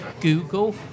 Google